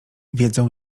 wiedzą